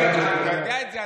אתה יודע את זה.